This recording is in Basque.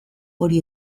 hori